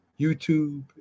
YouTube